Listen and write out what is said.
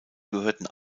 gehörten